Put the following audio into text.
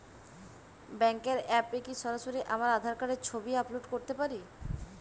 ব্যাংকের অ্যাপ এ কি সরাসরি আমার আঁধার কার্ডের ছবি আপলোড করতে পারি?